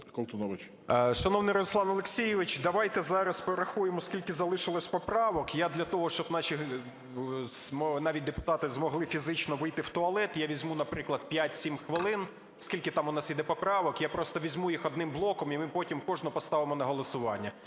Шановний Руслан Олексійович, давайте зараз порахуємо, скільки залишилося поправок. Я для того, щоб наші навіть депутати змогли фізично вийти в туалет, я візьму, наприклад, 5-7 хвилин, скільки там у нас іде поправок. Я просто візьму їх одним блоком і ми потім кожну поставимо на голосування.